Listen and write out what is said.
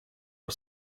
are